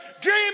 Dream